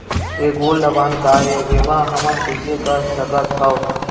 ये gold bond काय ए एमा हमन कइसे कर सकत हव?